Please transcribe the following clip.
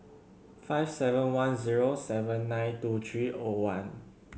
five seven one zero seven nine two three O one